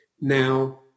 Now